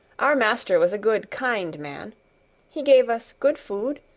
our master was a good, kind man he gave us good food,